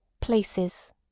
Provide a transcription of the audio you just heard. places